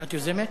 את יוזמת?